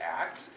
act